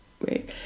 Wait